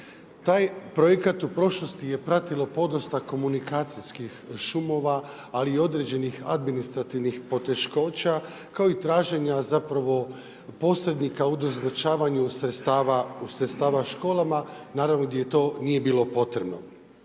Taj projekat u prošlosti je pratilo podosta komunikacijskih šumova, ali i određenih administrativnih poteškoća kao i traženja posrednika u doznačavanju sredstava školama, gdje to nije bilo potrebno.